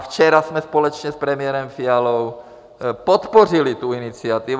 Včera jsme společně s premiérem Fialou podpořili tu iniciativu.